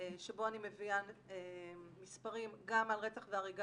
שבו אני מביאה מספרים גם על רצח והריגה